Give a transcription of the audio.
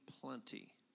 plenty